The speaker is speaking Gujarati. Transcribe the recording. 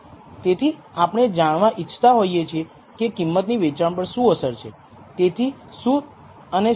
તેથી આપણે એ જાણવા માગીએ છીએ કે આપણે ઇન્ટરસેપ્ટ ફીટ કરવું જોઈએ કે નહીં તે આપણે 0 તરીકે લેવું જોઈએ કે નહીં